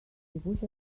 dibuix